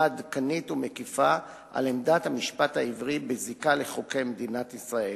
עדכנית ומקיפה על עמדת המשפט העברי בזיקה לחוקי מדינת ישראל.